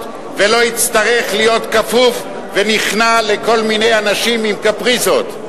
ולא יצטרך להיות כפוף ונכנע לכל מיני אנשים עם קפריזות.